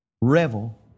revel